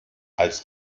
als